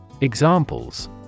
Examples